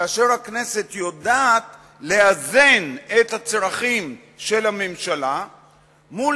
כאשר הכנסת יודעת לאזן את הצרכים של הממשלה מול